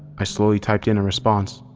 i slowly typed in a response.